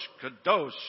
Kadosh